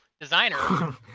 Designer